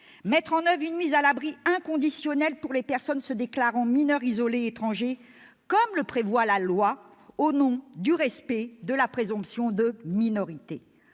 mettre en oeuvre une mise à l'abri inconditionnelle pour les personnes se déclarant mineurs isolés étrangers, comme le prévoit la loi au nom du respect de la présomption de minorité.